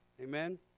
Amen